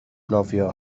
nofio